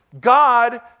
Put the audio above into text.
God